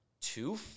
two